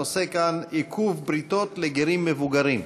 הנושא כאן: עיכוב בריתות לגרים מבוגרים.